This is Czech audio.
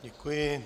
Děkuji.